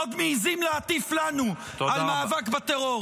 ועוד מעזים להטיף לנו על מאבק בטרור.